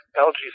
algae